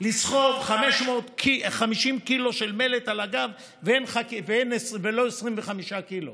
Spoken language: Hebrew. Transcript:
לסחוב 50 קילו של מלט על הגב ולא 25 קילו?